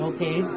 Okay